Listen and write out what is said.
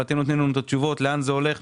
אתם יודעים שבדרך כלל אין לי שום דבר נגדכם,